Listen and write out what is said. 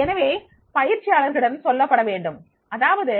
எனவே பயிற்சியாளர்களிடம் சொல்லப்படவேண்டும் அதாவது